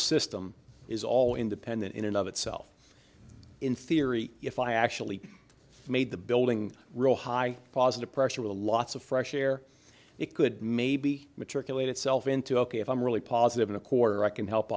system is all independent in and of itself in theory if i actually made the building real high positive pressure a lots of fresh air it could maybe matriculate itself into ok if i'm really positive in a corner i can help